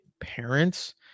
parents